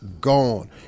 gone